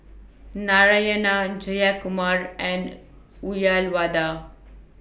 Narayana Jayakumar and Uyyalawada